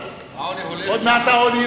עוד מעט העוני,